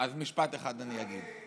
אז משפט אחד אני אגיד.